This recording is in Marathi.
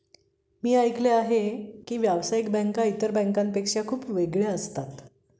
मी ऐकले आहे की व्यावसायिक बँका इतर बँकांपेक्षा खूप वेगळ्या असतात